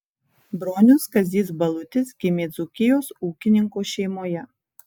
bronius kazys balutis gimė dzūkijos ūkininko šeimoje